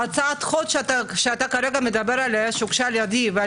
הצעת חוק שאתה כרגע מדבר עליה שהוגשה על ידי ועל